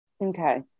Okay